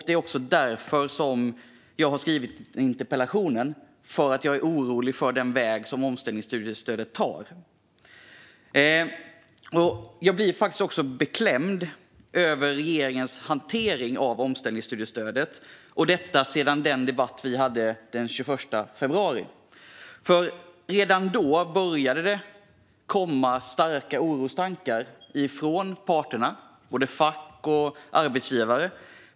Det är också därför jag har skrivit interpellationen, eftersom jag är orolig över den väg omställningsstudiestödet tar. Jag blir faktiskt också beklämd över regeringens hantering av omställningsstudiestödet sedan den debatt vi hade den 21 februari. Redan då började det komma starka orostankar från parterna, både fack och arbetsgivare.